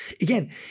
Again